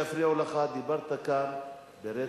אולי עוד פעם תגיד, אתה טוב בזה.